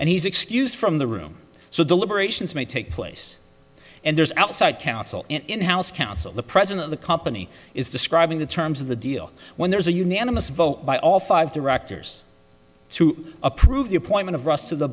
and he's excused from the room so the liberations may take place and there's outside counsel in house counsel the president of the company is describing the terms of the deal when there is a unanimous vote by all five directors to approve the appointment of russ to the